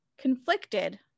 Conflicted